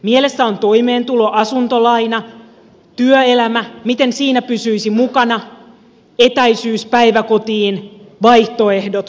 mielessä on toimeentulo asuntolaina työelämä miten siinä pysyisi mukana etäisyys päiväkotiin vaihtoehdot päiväkodille